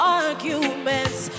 arguments